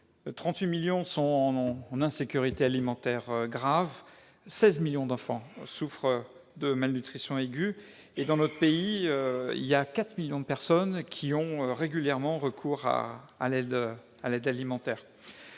38 millions sont en insécurité alimentaire grave, 16 millions d'enfants souffrent de malnutrition aiguë et, dans notre pays, 4 millions de personnes ont régulièrement recours à l'aide alimentaire.